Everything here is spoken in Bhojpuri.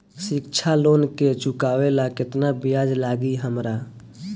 शिक्षा लोन के चुकावेला केतना ब्याज लागि हमरा?